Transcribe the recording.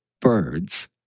birds